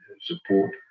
support